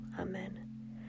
Amen